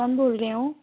ਕੌਣ ਬੋਲ ਰਹੇ ਹੋ